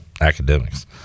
academics